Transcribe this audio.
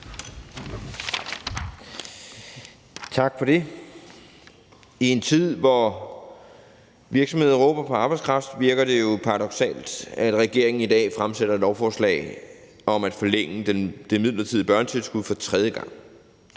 Tak for det. I en tid, hvor virksomhederne råber på arbejdskraft, virker det jo paradoksalt, at regeringen fremsætter et lovforslag om at forlænge det midlertidige børnetilskud for tredje gang.